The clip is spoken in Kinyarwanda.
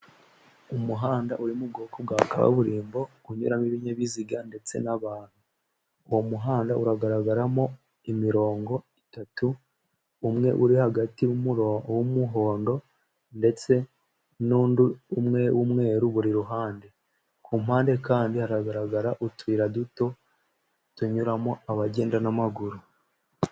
Umuhanda uri mu bwoko bwa kaburimbo, unyuramo ibinyabiziga ndetse n'abantu. Uwo muhanda uragaragaramo imirongo itatu, umwe uri hagati w'umuhondo, ndetse n'undi umwe w'umweru. Buri ruhande, ku mpande kandi hagaragara utuyira duto tunyuramo abagenda n'amaguru.